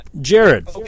Jared